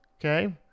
Okay